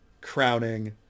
crowning